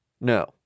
No